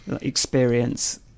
experience